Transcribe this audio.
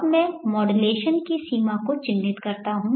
अब मैं मॉड्यूलेशन की सीमा को चिह्नित करता हूं